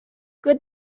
good